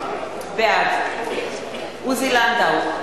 בעד עוזי לנדאו,